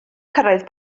cyrraedd